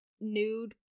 nude